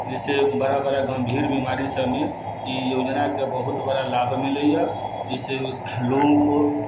जिससे बड़ा बड़ा गम्भीर बीमारी सभमे ई योजनाके बहुत बड़ा लाभ मिलैय इससे लोगो को